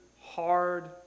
hard